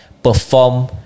Perform